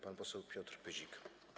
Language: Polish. Pan poseł Piotr Pyzik.